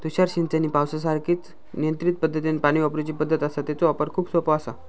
तुषार सिंचन ही पावसासारखीच नियंत्रित पद्धतीनं पाणी वापरूची पद्धत आसा, तेचो वापर खूप सोपो आसा